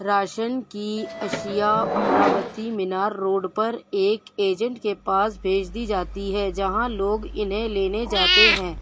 ration کی اشیاء Amravati Minar road پر ایک ایجنٹ کے پاس بھیج دی جاتی ہے جہاں لوگ انہیں لینے جاتے ہیں